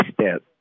step